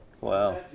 Wow